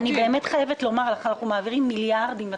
אני באמת חייבת לומר שאנחנו מעבירים מיליאדים לתחבורה.